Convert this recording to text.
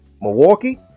Milwaukee